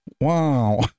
Wow